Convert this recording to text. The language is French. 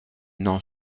n’en